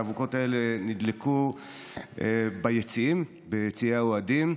האבוקות האלה נדלקו ביציעי האוהדים,